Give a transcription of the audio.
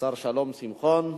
השר שלום שמחון.